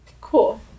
Cool